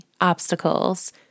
obstacles